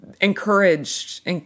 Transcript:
encouraged